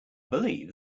believe